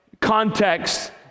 context